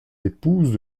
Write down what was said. épouses